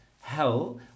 hell